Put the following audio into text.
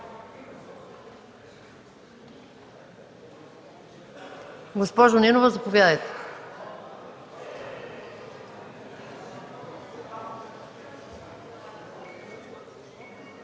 Госпожо Нинова, заповядайте.